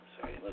sorry